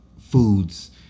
foods